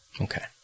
Okay